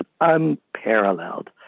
unparalleled